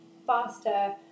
faster